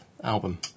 album